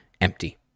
empty